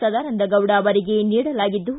ಸದಾನಂದ ಗೌಡ ಅವರಿಗೆ ನೀಡಲಾಗಿದ್ದು